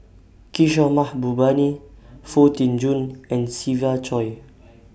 Kishore Mahbubani Foo Tee Jun and Siva Choy